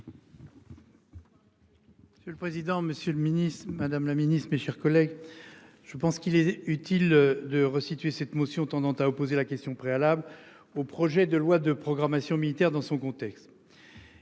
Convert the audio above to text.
Monsieur le président, Monsieur le Ministre Madame la Ministre, mes chers collègues. Je pense qu'il est utile de resituer cette motion tendant à opposer la question préalable au projet de loi de programmation militaire dans son contexte.